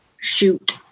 shoot